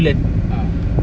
ah